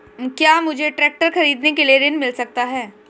क्या मुझे ट्रैक्टर खरीदने के लिए ऋण मिल सकता है?